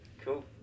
Cool